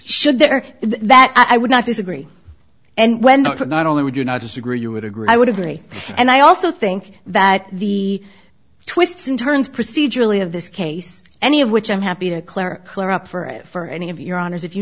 should there that i would not disagree and when not only would you not disagree you would agree i would agree and i also think that the twists and turns procedurally of this case any of which i'm happy to clear up for it for any of your honors if you